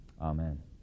Amen